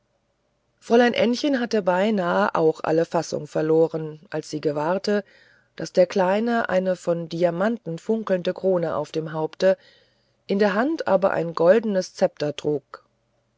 fräulein ännchen hätte beinahe auch alle fassung verloren als sie gewahrte daß der kleine eine von diamanten funkelnde krone auf dem haupte in der hand aber ein goldnes zepter trug